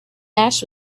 ash